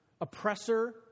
oppressor